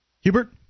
Hubert